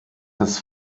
das